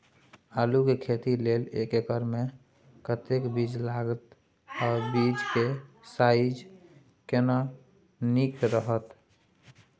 आलू के खेती लेल एक एकर मे कतेक बीज लागत आ बीज के साइज केना नीक रहत?